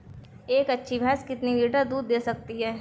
एक अच्छी भैंस कितनी लीटर दूध दे सकती है?